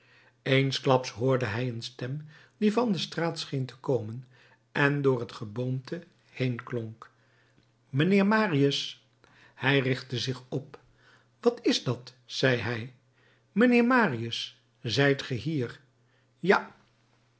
eensklaps hoorde hij een stem die van de straat scheen te komen en door het geboomte heen klonk mijnheer marius hij richtte zich op wat is dat zei hij mijnheer marius zijt ge hier ja